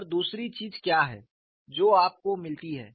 और दूसरी चीज क्या है जो आपको मिलती है